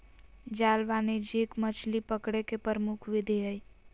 जाल वाणिज्यिक मछली पकड़े के प्रमुख विधि हइ